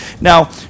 Now